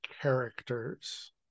characters